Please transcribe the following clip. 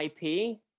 IP